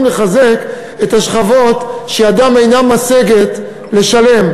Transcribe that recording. לחזק את השכבות שידן אינה משגת לשלם.